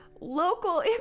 Local